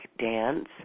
dance